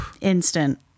Instant